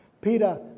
Peter